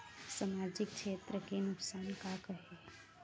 सामाजिक क्षेत्र के नुकसान का का हे?